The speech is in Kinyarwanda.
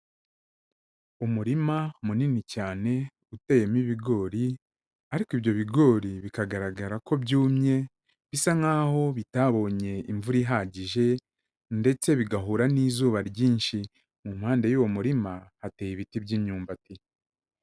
Umurima munini cyane uteyemo ibigori ariko ibyo bigori bikagaragara ko byumye bisa nkaho bitabonye imvura ihagije ndetse bigahura n'izuba ryinshi, mu mpande y'uwo murima hateye ibiti by'imyumbati.